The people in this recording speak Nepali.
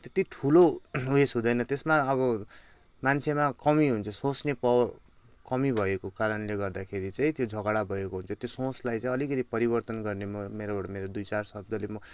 त्यति ठुलो उयस हुँदैन त्यसमा अब मान्छेमा कमी हुन्छ सोच्ने पवर कमी भएको कारणले गर्दाखेरि चाहिँ त्यो झगडा भएको हुन्छ त्यो सोचलाई चाहिँ अलिकति परिवर्तन गर्ने म मेरोबाट मेरो दुई चार शब्दले म